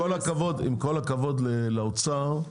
עם כל הכבוד לאוצר,